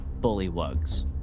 bullywugs